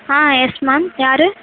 ஆ yes ma'am யார்